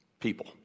people